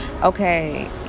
okay